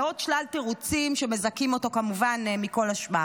ועוד שלל תירוצים שמזכים אותו כמובן מכל אשמה.